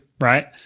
Right